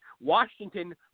Washington